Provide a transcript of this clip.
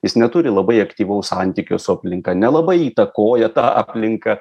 jis neturi labai aktyvaus santykio su aplinka nelabai įtakoja ta aplinka